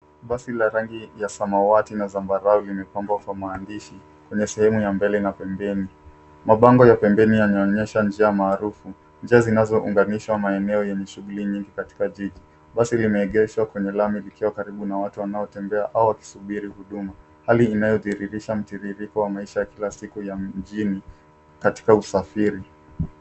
Basi la rangi ya samawati na zambarau limepambwa kwa maandishi kwenye sehemu ya mbele na pembeni. Mabango ya pembeni yameonyeaha njia maarufu, njia zinazounganisha maeneo yenye shughuli nyingi katika jiji. Basi limeegeshwa kwenye lami likiwa karibu na watu wanaotembea au wakisubiri huduma , hali inayodhihirisha mtiririko wa maisha ya kila siku ya mjini katika usafiri.